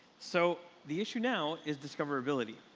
so the issue now is discoverability.